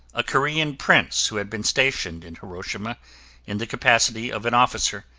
a korean prince who had been stationed in hiroshima in the capacity of an officer,